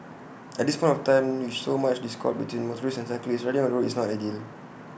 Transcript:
at this point of time with so much discord between motorists and cyclists riding on the road is not ideal